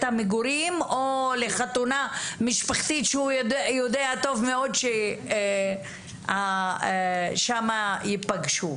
המגורים או לחתונה משפחתית והוא יודע טוב מאוד ששם הם ייפגשו.